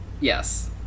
Yes